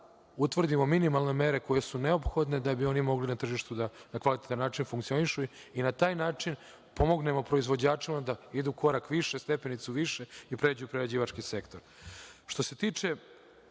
utvrdimo minimalne mere koje su neophodne da bi oni mogli na tržištu da na adekvatan način funkcionišu i na taj način pomognemo proizvođačima da idu korak više, stepenicu više i pređu prerađivački sektor. Što se tiče